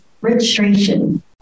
registration